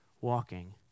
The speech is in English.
walking